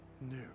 new